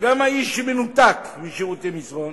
גם האיש שמנותק משירותי מסרון.